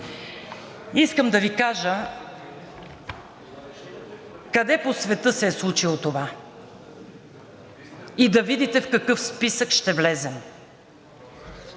Искам да Ви кажа къде по света се е случило това и да видите в какъв списък ще влезем.